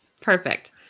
Perfect